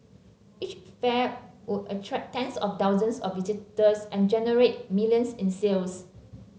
each fair would attract tens of thousands of visitors and generate millions in sales